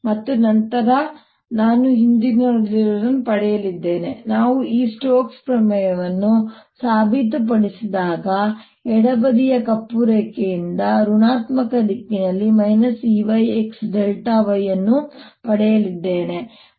ಮತ್ತು ನಂತರ ನಾನು ಹಿಂದಿನದನ್ನು ಪಡೆಯಲಿದ್ದೇನೆ ನಾವು ಈ ಸ್ಟೋಕ್ಸ್ ಪ್ರಮೇಯವನ್ನು ಸಾಬೀತುಪಡಿಸಿದಾಗ ನಾನು ಎಡ ಬದಿಯ ಕಪ್ಪು ರೇಖೆಯಿಂದ ಋಣಾತ್ಮಕ ದಿಕ್ಕಿನಲ್ಲಿ Eyxy ಅನ್ನು ಪಡೆಯಲಿದ್ದೇನೆ